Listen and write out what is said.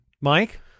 Mike